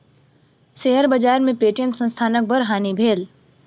share बाजार में Paytm संस्थानक बड़ हानि भेल